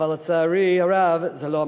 אבל לצערי הרב זה לא המצב.